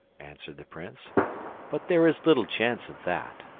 answered the prince but there is little chance of that.